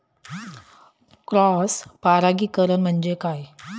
Cross परागीकरण म्हणजे काय?